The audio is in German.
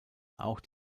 auch